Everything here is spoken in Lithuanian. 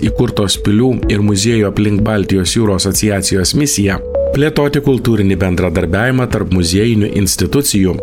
įkurtos pilių ir muziejų aplink baltijos jūros asociacijos misiją plėtoti kultūrinį bendradarbiavimą tarp muziejinių institucijų